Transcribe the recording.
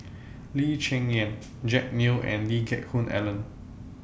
Lee Cheng Yan Jack Neo and Lee Geck Hoon Ellen